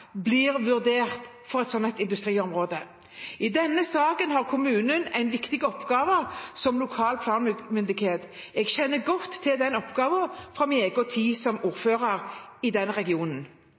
blir vurdert for et slikt industriområde. I denne saken har kommunen en viktig oppgave som lokal planmyndighet. Jeg kjenner godt til denne oppgaven fra min tid som ordfører i denne regionen.